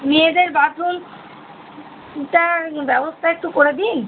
মেয়েদের বাথরুমটার ব্যবস্থা একটু করে দিন